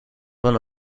one